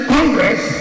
Congress